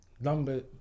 number